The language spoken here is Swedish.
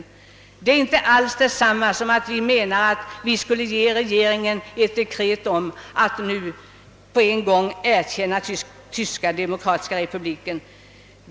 Deita är inte alls detsamma som att vi skulle uppmana regeringen att på en gång erkänna Tyska demokratiska republiken.